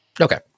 Okay